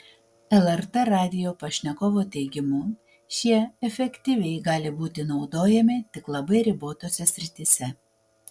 lrt radijo pašnekovo teigimu šie efektyviai gali būti naudojami tik labai ribotose srityse